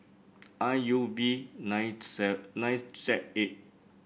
I U V nine Z eight